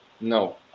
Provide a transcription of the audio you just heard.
No